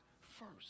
first